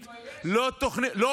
תוכנית, תתבייש.